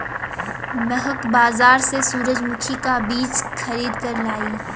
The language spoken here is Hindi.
महक बाजार से सूरजमुखी का बीज खरीद कर लाई